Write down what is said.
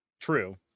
True